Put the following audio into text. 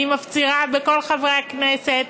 אני מפצירה בכל חברי הכנסת